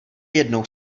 jednou